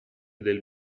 del